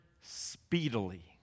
speedily